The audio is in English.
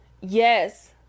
Yes